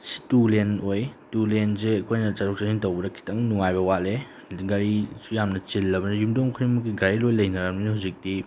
two ꯂꯦꯟ ꯑꯣꯏ ꯇꯨ ꯂꯦꯟꯁꯦ ꯑꯩꯈꯣꯏꯅ ꯆꯠꯊꯣꯛ ꯆꯠꯁꯤꯟ ꯇꯧꯕꯗ ꯈꯤꯇꯪ ꯅꯨꯡꯉꯥꯏꯕ ꯋꯥꯠꯂꯦ ꯑꯗꯒꯤ ꯒꯥꯔꯤꯁꯨ ꯌꯥꯝꯅ ꯆꯤꯜꯂꯕꯅꯤꯅ ꯌꯨꯝꯊꯣꯡ ꯈꯨꯗꯤꯡꯃꯛꯀꯤ ꯒꯥꯔꯤ ꯂꯣꯏꯅ ꯂꯩꯅꯔꯕꯅꯤꯅ ꯍꯧꯖꯤꯛꯇꯤ